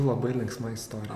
labai linksmą istorija